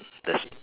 mm that's